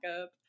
up